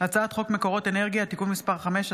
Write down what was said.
הצעת חוק מקורות אנרגיה (תיקון מס' 5),